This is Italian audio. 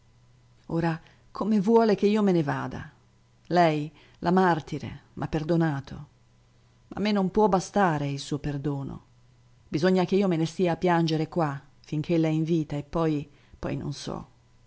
ora come vuole ch'io me ne vada lei la martire m'ha perdonato ma a me non può bastare il suo perdono bisogna che io me ne stia a piangere qua finch'ella è in vita e poi poi non so